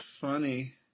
funny